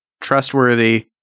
trustworthy